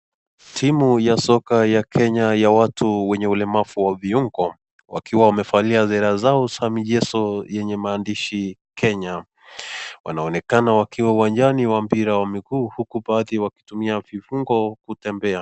Timu ya soca ya Kenya ya watu wenye ulemavu wa viungo wakiwa wamevalia sela zao zaa michezo yenye maandishi Kenya wanaonekana wakiwa uwanjani wa mpira wa miguu huku baadhi wakitumia viungo kutembea.